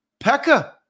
Pekka